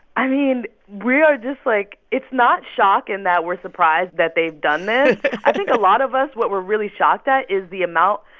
i mean, we are just like it's not shock in that we're surprised that they've done this. i think a lot of us, what we're really shocked at is the amount,